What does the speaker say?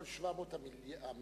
כל 700 המיליון,